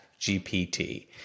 GPT